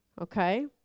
Okay